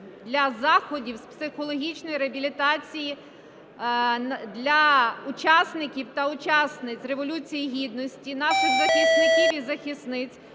для заходів з психологічної реабілітації для учасників та учасниць Революції Гідності, наших захисників і захисниць,